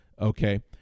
okay